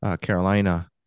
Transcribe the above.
Carolina